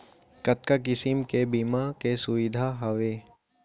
कतका किसिम के बीमा के सुविधा हावे?